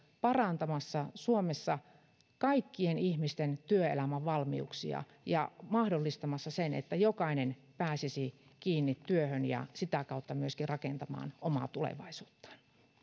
parantamassa suomessa kaikkien ihmisten työelämävalmiuksia ja mahdollistamassa sen että jokainen pääsisi kiinni työhön ja sitä kautta myöskin rakentamaan omaa tulevaisuuttaan